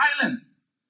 silence